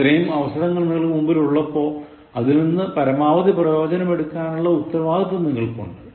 ഇത്രെയും അവസരങ്ങൾ നിങ്ങൾക്കു മുൻപിൽ ഉള്ളപ്പോൾ അതിൽ നിന്ന് പരമാവധി പ്രയോജനം എടുക്കാനുള്ള ഉത്തരവാദിത്വം നിങ്ങൾക്കുണ്ട്